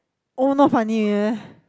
all not funny eh